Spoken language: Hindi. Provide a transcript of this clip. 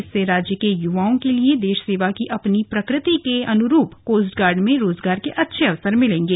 इससे राज्य के युवाओं के लिए देश सेवा की अपनी प्रकृति के अनुरूप कोस्टगार्ड में रोजगार के अच्छे अवसर मिलेंगे